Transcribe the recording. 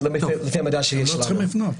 זה לפי המידע שיש לנו.